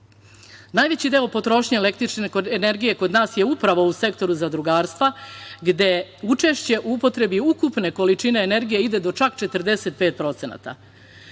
Najveći deo potrošnje električne energije kod nas je upravo u sektoru zadrugarstva, gde učešće u upotrebi ukupne količine energije ide do čak 45%.